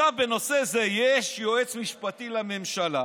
בנושא זה יש יועץ משפטי לממשלה,